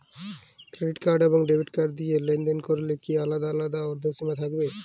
Credit card এবং debit card দিয়ে লেনদেন করলে কি আলাদা আলাদা ঊর্ধ্বসীমা থাকবে?